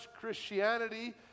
Christianity